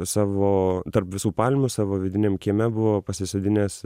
savo tarp visų palmių savo vidiniam kieme buvo pasisodinęs